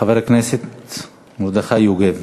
חבר הכנסת מרדכי יוגב.